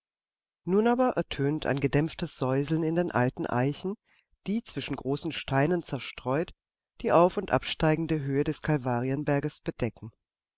nun aber ertönt ein gedämpftes säuseln in den alten eichen die zwischen großen steinen zerstreut die auf und absteigende höhe des kalvarienberges bedecken